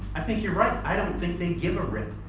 i think you're right. i don't think they give a rip.